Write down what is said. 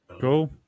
cool